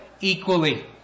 equally